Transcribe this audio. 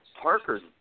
Parker's